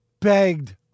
begged